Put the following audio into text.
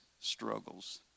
struggles